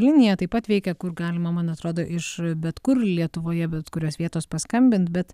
linija taip pat veikia kur galima man atrodo iš bet kur lietuvoje bet kurios vietos paskambint bet